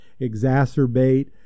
exacerbate